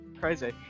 crazy